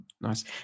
Nice